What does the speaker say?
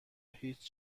هیچ